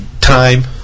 time